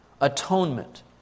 atonement